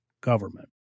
government